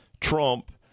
Trump